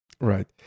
Right